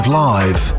live